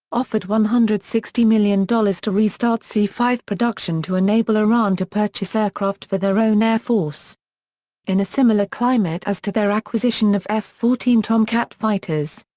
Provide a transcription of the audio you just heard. offered one hundred and sixty million dollars to restart c five production to enable iran to purchase aircraft for their own air force in a similar climate as to their acquisition of f fourteen tomcat fighters.